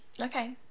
Okay